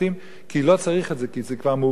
כי לא צריך את זה, כי זה כבר מעוגן בחוק.